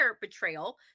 betrayal